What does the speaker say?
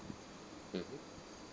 mmhmm